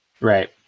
Right